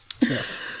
Yes